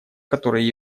которое